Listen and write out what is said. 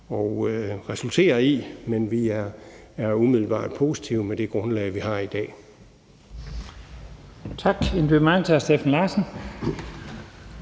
at resultere i, men vi er umiddelbart positive med det grundlag, vi har i dag.